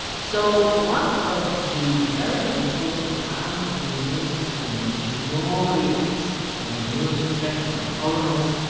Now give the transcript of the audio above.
so one of the very important arms of the immune system which normally acts on immunosuppression, on tolerance,